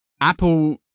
apple